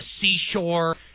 seashore